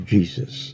Jesus